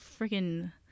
freaking